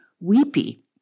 weepy